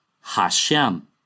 Hashem